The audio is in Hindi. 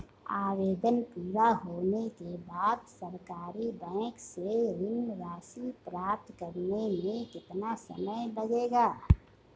आवेदन पूरा होने के बाद सरकारी बैंक से ऋण राशि प्राप्त करने में कितना समय लगेगा?